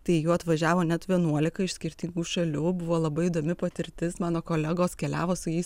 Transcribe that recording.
tai jų atvažiavo net vienuolika iš skirtingų šalių buvo labai įdomi patirtis mano kolegos keliavo su jais